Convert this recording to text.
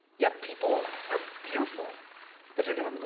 yet people are fearful that they're gonna.